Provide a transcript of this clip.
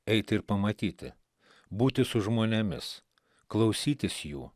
eiti ir pamatyti būti su žmonėmis klausytis jų